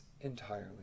entirely